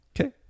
Okay